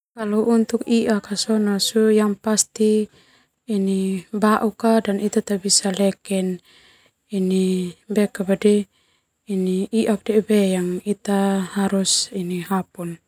Iak yang pasti bauk dan ita beti bisa leken deube.